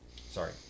sorry